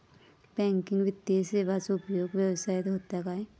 Banking वित्तीय सेवाचो उपयोग व्यवसायात होता काय?